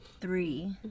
three